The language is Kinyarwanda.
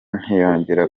ntiyongera